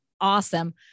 awesome